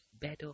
better